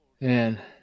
man